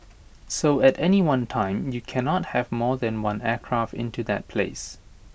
so at any one time you can not have more than one aircraft into that place